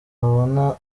babona